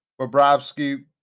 Bobrovsky